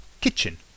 kitchen